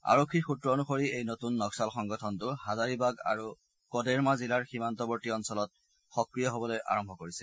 আৰক্ষীৰ সূত্ৰ অনুসৰি এই নতুন নক্সাল সংগঠনটো হাজাৰিবাগ আৰু কডেৰমা জিলাৰ সীমান্তৱৰ্তী অঞ্চলত সক্ৰিয় হবলৈ আৰম্ভ কৰিছে